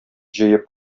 җыеп